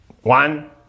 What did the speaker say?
one